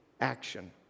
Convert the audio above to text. action